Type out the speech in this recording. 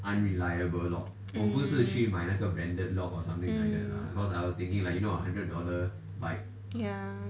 mm ya